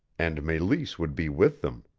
and meleese would be with them!